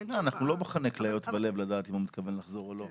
אנחנו לא בוחני כליות ולב אם הוא מתכוון לחזור או לא.